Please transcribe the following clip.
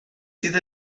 sydd